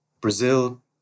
Brazil